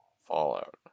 Fallout